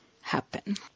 happen